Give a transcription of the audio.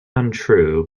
untrue